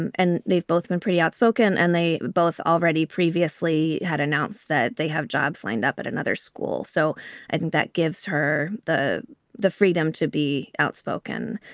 and and they've both been pretty outspoken. and they both already previously had announced that they have jobs lined up at another school. so i think that gives her the the freedom to be outspoken.